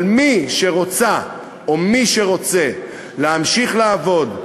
אבל מי שרוצָה או מי שרוצֶה להמשיך לעבוד,